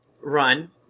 run